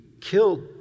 killed